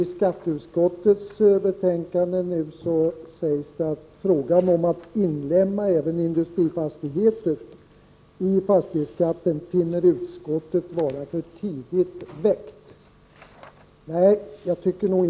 I skatteutskottets betänkande sägs det: Frågan om att inlemma även industrifastigheter i fastighetsskatten finner utskottet vara för tidigt väckt.